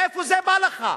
מאיפה זה בא לך?